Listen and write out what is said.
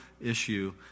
issue